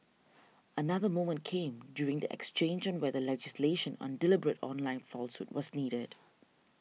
another moment came during the exchange on whether legislation on deliberate online falsehood was needed